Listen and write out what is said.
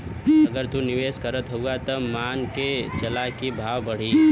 अगर तू निवेस करत हउआ त ई मान के चला की भाव बढ़ी